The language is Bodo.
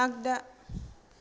आगदा